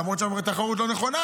למרות שאנחנו בתחרות לא נכונה,